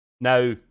Now